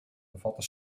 bevatte